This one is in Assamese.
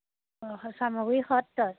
অঁ চামগুৰি সত্ৰত